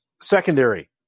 secondary